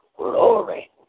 Glory